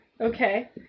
Okay